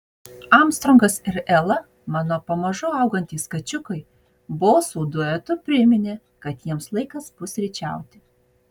armstrongas ir ela mano pamažu augantys kačiukai bosų duetu priminė kad jiems laikas pusryčiauti